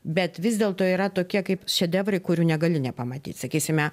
bet vis dėlto yra tokie kaip šedevrai kurių negali nepamatyt sakysime